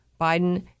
Biden